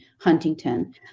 Huntington